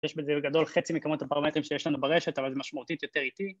יש בזה בגדול חצי מכמות הפרמטרים שיש לנו ברשת, אבל זה משמעותית יותר איטי